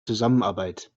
zusammenarbeit